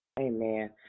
amen